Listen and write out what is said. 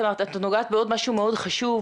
את נוגעת בעוד משהו מאוד חשוב,